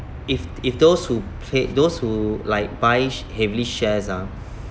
if if those who played those who like buys heavily shares ah